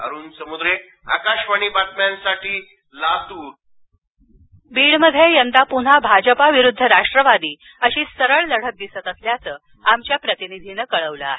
Arun Samudre Akashvani Latur intro VO Beed Beed मध्ये यंदा पुन्हा भाजपा विरूद्ध राष्ट्रवादी अशी सरळ लढत दिसत असल्याचं आमच्या प्रतिनिधीनं कळवलं आहे